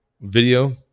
Video